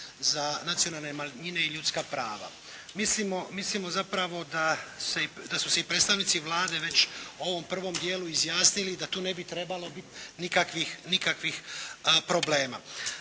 za nacionalne manjine i ljudska prava. Mislimo zapravo da su se i predstavnici Vlade već u ovom prvom dijelu izjasnili da tu ne bi trebalo biti nikakvih problema.